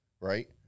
right